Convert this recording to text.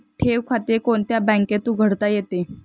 ठेव खाते कोणत्या बँकेत उघडता येते?